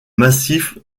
massif